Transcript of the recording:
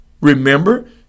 Remember